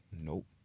nope